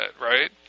right